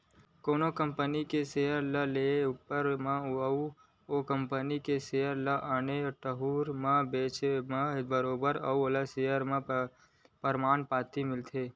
कोनो कंपनी के सेयर ल लेए ऊपर म अउ ओ कंपनी के सेयर ल आन ठउर म बेंचे म बरोबर ओ सेयर के परमान पाती मिलथे